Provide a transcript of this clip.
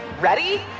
Ready